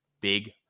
big